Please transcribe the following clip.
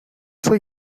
soy